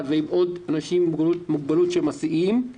ועם עוד אנשים עם מוגבלות שהם מסיעים,